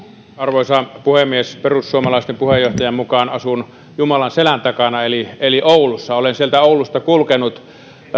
arvoisa puhemies perussuomalaisten puheenjohtajan mukaan asun jumalan selän takana eli eli oulussa olen sieltä oulusta kulkenut